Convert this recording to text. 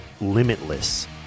Limitless